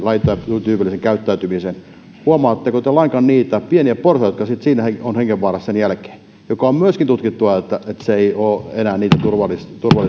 lajityypillisen käyttäytymisen huomaatteko te lainkaan niitä pieniä porsaita jotka sitten siinä ovat hengenvaarassa sen jälkeen se on myöskin tutkittua että niitten turvallisuus ei ole enää